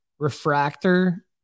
Refractor